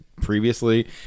previously